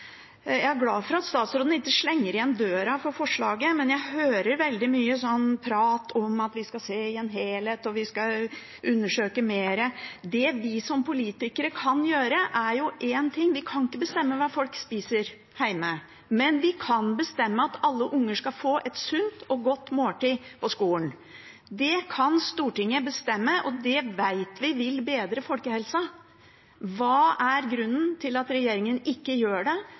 Jeg er glad for at statsråden ikke slenger igjen døra for forslaget, men jeg hører veldig mye prat om at vi skal se det i en helhet, og at vi skal undersøke mer. Det vi som politikere kan gjøre, er jo én ting. Vi kan ikke bestemme hva folk spiser hjemme, men vi kan bestemme at alle unger skal få et sunt og godt måltid på skolen. Det kan Stortinget bestemme, og det vet vi vil bedre folkehelsa. Hva er grunnen til at regjeringen ikke gjør det,